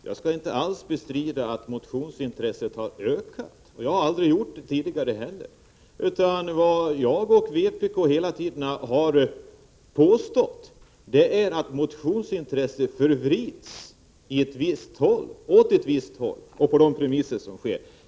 Fru talman! Jag skall inte alls bestrida att motionsintresset har ökat. Jag har aldrig gjort det tidigare heller. Vad vi inom vpk hela tiden har påstått är att motionsintresset, med de föreliggande premisserna, förvrids åt ett visst håll.